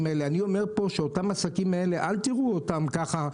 אז אני אומר פה שאותם עסקים אל תראו אותם ככה.